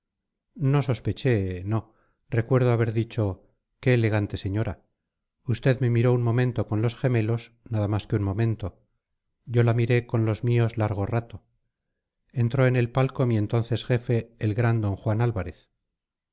no sospeché no recuerdo haber dicho qué elegante señora usted me miró un momento con los gemelos nada más que un momento yo la miré con los míos largo rato entró en el palco mi entonces jefe el gran d juan álvarez